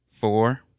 four